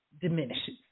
diminishes